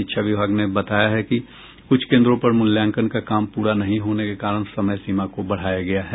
शिक्षा विभाग ने बताया है कि कुछ केन्द्रों पर मुल्यांकन का काम प्ररा नहीं होने के कारण समय सीमा को बढ़ाया गया है